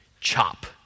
CHOP